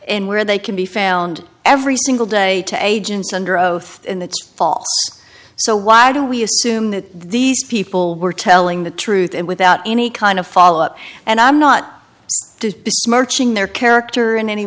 and where they can be found every single day to agents under oath in the fall so why do we assume that these people were telling the truth and without any kind of follow up and i'm not in their character in any